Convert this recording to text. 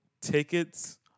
tickets